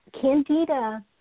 candida